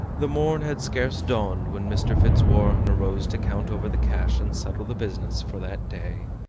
the morn had scarcely dawned when mr. fitzwarren arose to count over the cash and settle the business for that day.